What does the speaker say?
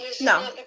No